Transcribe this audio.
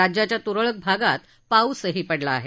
राज्याच्या तुरळक भागात पाऊसही पडला आहे